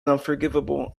unforgivable